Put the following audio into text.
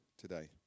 today